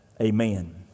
amen